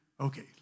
Okay